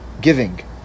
giving